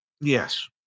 Yes